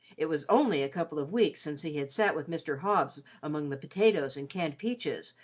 it was only a couple of weeks since he had sat with mr. hobbs among the potatoes and canned peaches,